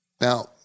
now